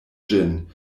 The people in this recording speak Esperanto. ĝin